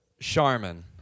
Charmin